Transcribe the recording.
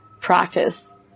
practice